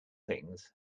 things